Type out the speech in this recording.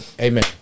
Amen